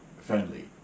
friendly